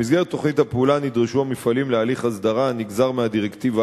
במסגרת תוכנית הפעולה נדרשו המפעלים להליך הסדרה הנגזר מהדירקטיבה